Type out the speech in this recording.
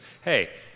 hey